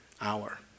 hour